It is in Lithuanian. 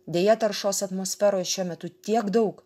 deja taršos atmosferoj šiuo metu tiek daug